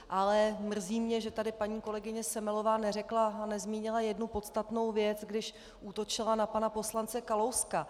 Ale mrzí mě, že tady paní kolegyně Semelová neřekla a nezmínila jednu podstatnou věc, když útočila na pana poslance Kalouska.